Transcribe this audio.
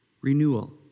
Renewal